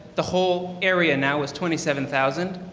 the whole area now is twenty seven thousand.